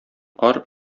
кар